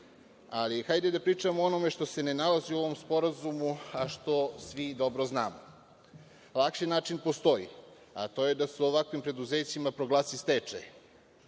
Ali, hajde da pričamo o onome što se ne nalazi u ovom sporazumu, a što svi dobro znamo. Lakši način postoji, a to je da se u ovakvim preduzećima proglasi stečaj,